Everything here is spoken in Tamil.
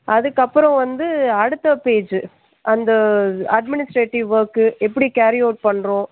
அதற்கு அப்புறம் வந்து அடுத்த பேஜ்ஜி அந்த அட்மினிஸ்ட்ரேட்டிவ் ஒர்க்கு எப்படி கேரி அவுட் பண்ணுறோம்